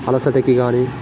అలసటకి గానీ